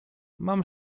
mam